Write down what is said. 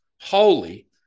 holy